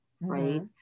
right